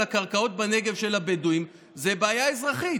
הקרקעות בנגב של הבדואים זו בעיה אזרחית.